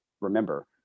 remember